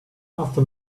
after